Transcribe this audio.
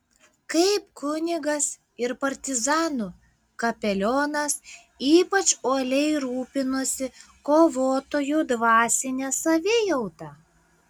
kaip kunigas ir partizanų kapelionas ypač uoliai rūpinosi kovotojų dvasine savijauta